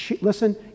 Listen